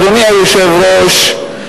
אדוני היושב-ראש,